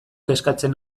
kezkatzen